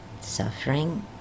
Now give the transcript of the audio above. suffering